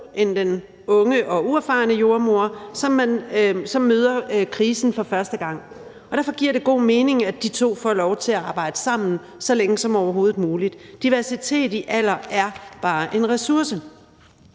end den unge og uerfarne jordemoder, som møder krisen for første gang, og derfor giver det god mening, at de to får lov til at arbejde sammen så længe som overhovedet muligt. Diversitet i alder er bare en ressource.